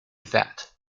that